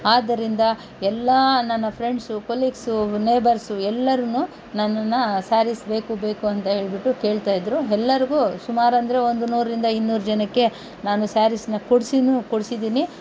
ಆದ್ದರಿಂದ ಎಲ್ಲ ನನ್ನ ಫ್ರೆಂಡ್ಸು ಕೊಲಿಗ್ಸು ನೇಬರ್ಸು ಎಲ್ಲರೂ ನನ್ನನ್ನು ಸ್ಯಾರೀಸ್ ಬೇಕು ಬೇಕು ಅಂತ ಹೇಳಿಬಿಟ್ಟು ಕೇಳ್ತಾಯಿದ್ರು ಎಲ್ಲರಿಗೂ ಸುಮಾರು ಅಂದರೆ ಒಂದು ನೂರರಿಂದ ಇನ್ನೂರು ಜನಕ್ಕೆ ನಾನು ಸ್ಯಾರೀಸ್ನ ಕೊಡಿಸಿಯೂ ಕೊಡಿಸಿದ್ದೀನಿ